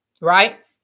right